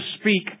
speak